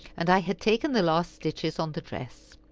and i had taken the last stitches on the dress.